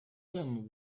then